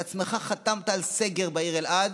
בעצמך חתמת על סגר בעיר אלעד